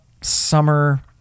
summer